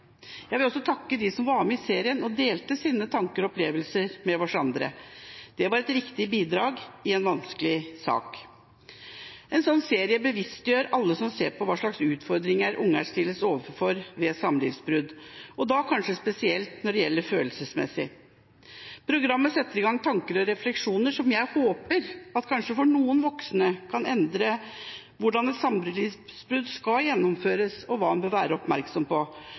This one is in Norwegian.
Jeg vil takke dem som var med i serien og delte sine tanker og opplevelser med oss andre. Det var et viktig bidrag til en vanskelig sak. En slik serie bevisstgjør alle som ser på, med tanke på hva slags utfordringer barn stilles overfor ved samlivsbrudd, og da kanskje spesielt når det gjelder det følelsesmessige. Programmet setter i gang tanker og refleksjoner som jeg håper fører til at det kanskje for noen voksne kan endre tankegangen omkring måten et samlivsbrudd skal gjennomføres på – hva en bør være oppmerksom på,